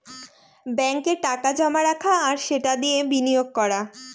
ব্যাঙ্কে টাকা জমা রাখা আর সেটা দিয়ে বিনিয়োগ করা